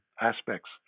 aspects